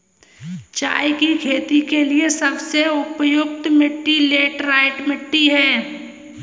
चाय की खेती के लिए सबसे उपयुक्त मिट्टी लैटराइट मिट्टी है